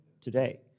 today